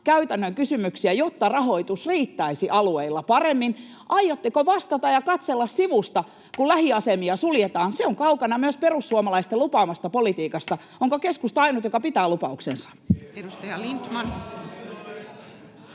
käytännön kysymyksiä, jotta rahoitus riittäisi alueilla paremmin? Aiotteko vastata ja katsella sivusta, kun lähiasemia suljetaan? Se on kaukana myös perussuomalaisten lupaamasta politiikasta. Onko keskusta ainut, joka pitää lupauksensa?